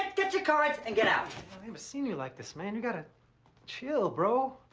get your cards, and get out. i never seen you like this, man. you gotta chill, bro.